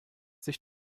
sich